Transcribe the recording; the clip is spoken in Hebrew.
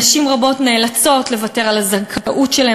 נשים רבות נאלצות לוותר על הזכאות שלהן